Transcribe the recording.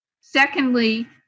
Secondly